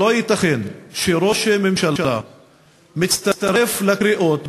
שלא ייתכן שראש ממשלה מצטרף לקריאות,